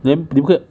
then 你不可